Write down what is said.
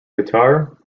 guitar